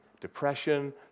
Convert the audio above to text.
depression